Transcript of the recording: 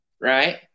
Right